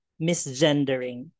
misgendering